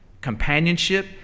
companionship